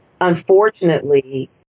Unfortunately